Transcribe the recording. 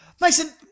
Mason